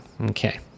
Okay